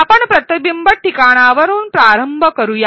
आपण प्रतिबिंबित ठिकाणावरून प्रारंभ करूया